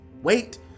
Wait